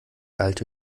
alte